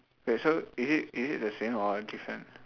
wait so is it is it the same or different